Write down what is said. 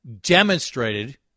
demonstrated